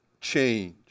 change